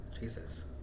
Jesus